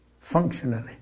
functionally